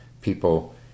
people